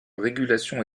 régulation